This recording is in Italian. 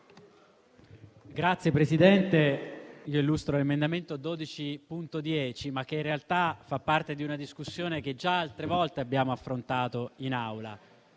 Signora Presidente, illustro l'emendamento 12.10, che in realtà fa parte di una discussione che già altre volte abbiamo affrontato in Aula,